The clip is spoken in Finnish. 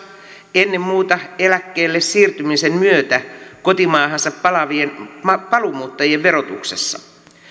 ennen muuta eläkkeelle siirtymisen myötä kotimaahansa palaavien paluumuuttajien verotuksessa